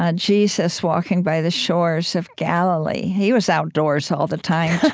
ah jesus walking by the shores of galilee. he was outdoors all the time